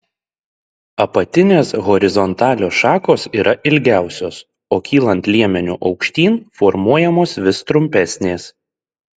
apatinės horizontalios šakos yra ilgiausios o kylant liemeniu aukštyn formuojamos vis trumpesnės